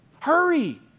Hurry